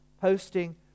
posting